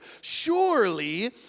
surely